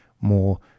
more